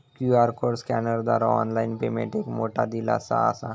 QR code स्कॅनरद्वारा online payment एक मोठो दिलासो असा